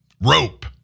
rope